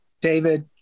david